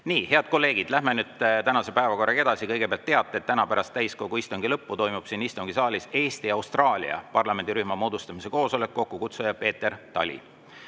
Head kolleegid, läheme tänase päevakorraga edasi. Kõigepealt teated. Täna pärast täiskogu istungi lõppu toimub siin istungisaalis Eesti‑Austraalia parlamendirühma moodustamise koosolek, kokkukutsuja Peeter Tali.